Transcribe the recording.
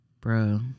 Bro